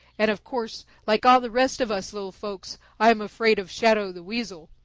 and of course, like all the rest of us little folks, i am afraid of shadow the weasel.